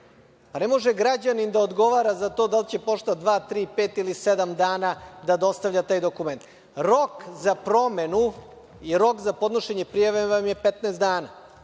može građanin da odgovara za to da li će pošta dva, tri, pet ili sedam dana da dostavlja taj dokument. Rok za promenu i rok za podnošenje je prijave je 15 dana.